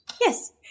Yes